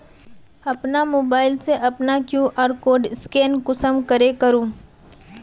अपना मोबाईल से अपना कियु.आर कोड स्कैन कुंसम करे करूम?